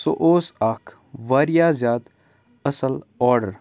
سُہ اوس اَکھ واریاہ زیادٕ اَصٕل آرڈر